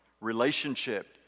relationship